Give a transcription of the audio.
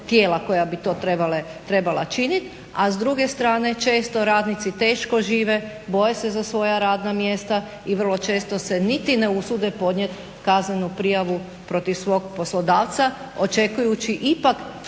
koja bi to trebala činiti, a s druge strane često radnici teško žive, boje se za svoja radna mjesta i vrlo često se niti ne usude podnijeti kaznenu prijavu protiv svog poslodavca očekujući ipak